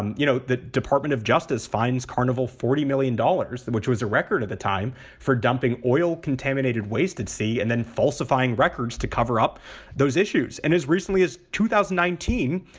um you know, the department of justice finds carnival forty million dollars, which was a record at the time for dumping oil, contaminated waste at sea and then falsifying records to cover up those issues. and as recently as two thousand and nineteen,